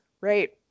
right